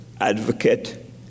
advocate